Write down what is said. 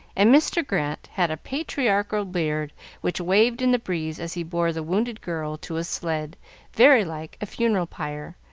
and mr. grant had a patriarchal beard which waved in the breeze as he bore the wounded girl to a sled very like a funeral pyre,